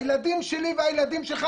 הילדים שלי והילדים שלך,